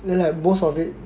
then like most of it